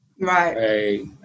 Right